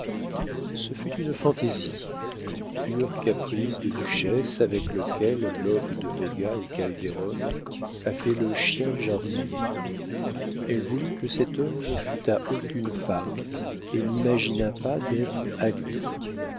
ce fut une fantaisie pur caprice de duchesse avec lequel lope de véga ou calderon a fait le chien du jardinier elle voulut que cet homme ne fût à aucune femme et n'imagina pas d'être à lui